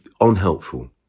unhelpful